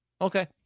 Okay